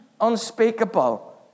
unspeakable